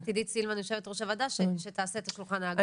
עידית סילמן יושבת ראש הוועדה שתעשה את השולחן העגול.